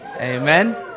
Amen